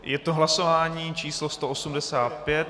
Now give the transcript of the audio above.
Je to hlasování číslo 185.